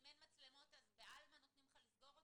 אם אין מצלמות אז נותנים לך לסגור אותו?